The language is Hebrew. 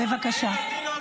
אבל אתה פונה אלינו.